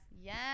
Yes